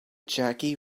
jackie